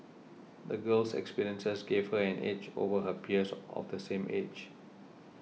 the girl's experiences gave her an edge over her peers of the same age